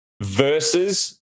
Versus